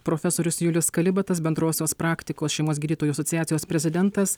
profesorius julius kalibatas bendrosios praktikos šeimos gydytojų asociacijos prezidentas